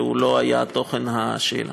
שהוא לא היה תוכן השאלה.